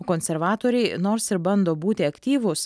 konservatoriai nors ir bando būti aktyvūs